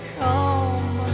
come